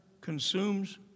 consumes